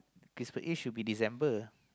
christmas eve should be December